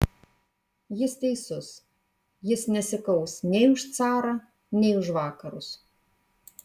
jis teisus jis nesikaus nei už carą nei už vakarus